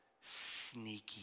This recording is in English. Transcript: sneaky